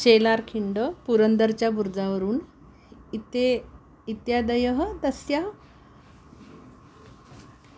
शेलार्खिण्डो पुरन्दर्चाबुर्जावरुण् इति इत्यादयः तस्य